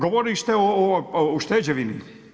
Govorili ste o ušteđevini.